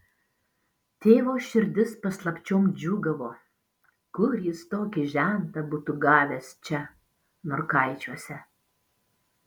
tėvo širdis paslapčiom džiūgavo kur jis tokį žentą būtų gavęs čia norkaičiuose